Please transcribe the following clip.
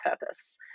purpose